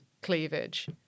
cleavage